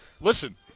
Listen